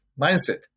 mindset